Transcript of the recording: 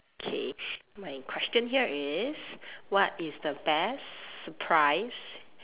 K my question here is what is the best surprise